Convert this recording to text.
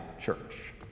church